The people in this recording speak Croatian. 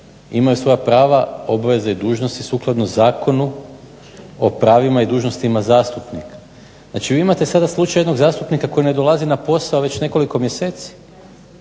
imaju svoja prava, obveze i dužnosti sukladno Zakonu o pravima i dužnostima zastupnika. Znači vi imate sada slučaj jednog zastupnika koji ne dolazi na posao već nekoliko mjeseci